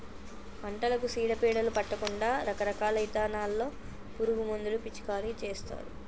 పంటలకు సీడ పీడలు పట్టకుండా రకరకాల ఇథానాల్లో పురుగు మందులు పిచికారీ చేస్తారు